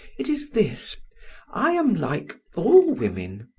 it is this i am like all women.